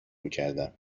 میکردم